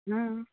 हाँ